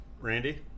Randy